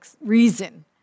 reason